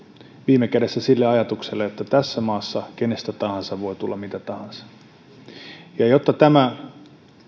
viime kädessä sille ajatukselle että tässä maassa kenestä tahansa voi tulla mitä tahansa jotta tämä